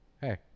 hey